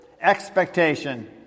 expectation